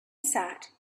sat